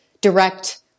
direct